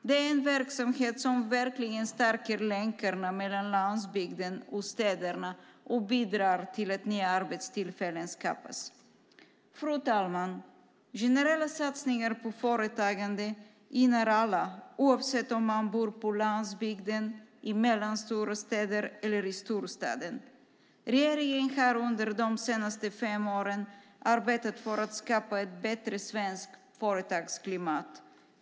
Det är en verksamhet som verkligen stärker länkarna mellan landsbygden och städerna och bidrar till att nya arbetstillfällen skapas. Fru talman! Generella satsningar på företagande gynnar alla oavsett om man bor på landsbygden, i mellanstora städer eller i storstaden. Regeringen har under de senaste fem åren arbetat för att skapa ett bättre svenskt företagsklimat.